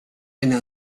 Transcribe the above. eina